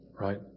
Right